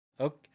okay